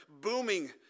booming